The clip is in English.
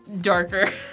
darker